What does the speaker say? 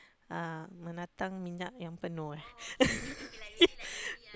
uh menatang minyak yang penuh eh